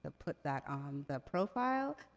ah put that on the profile.